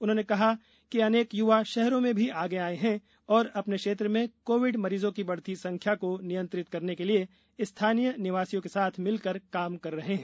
उन्होंने कहा कि अनेक य्वा शहरों में भी आगे आए हैं और अपने क्षेत्र में कोविड मरीजों की बढती संख्या को नियंत्रित करने के लिए स्थानीय निवासियों के साथ मिलकर काम कर रहे हैं